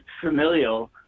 familial